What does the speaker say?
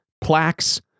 plaques